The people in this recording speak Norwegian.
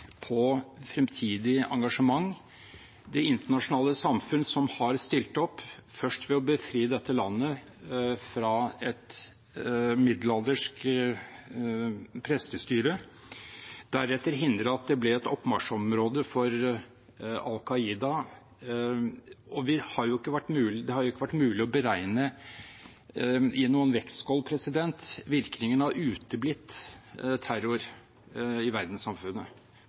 fremtidig engasjement. Det internasjonale samfunnet har stilt opp, først ved å befri dette landet fra et middelaldersk prestestyre, deretter ved å hindre at det ble et oppmarsjområde for Al Qaida. Det har ikke vært mulig å beregne i noen vektskål virkningen av uteblitt terror i verdenssamfunnet,